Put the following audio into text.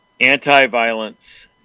anti-violence